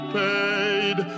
paid